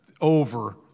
over